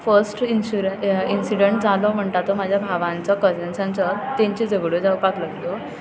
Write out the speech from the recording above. first insurance incident जालो म्हणटा तो म्हज्या भावांचो कजन्सांचो तांच्यो झगड्यो जावपाक लागल्यो